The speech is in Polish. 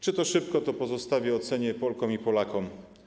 Czy to szybko, pozostawię ocenie Polkom i Polakom.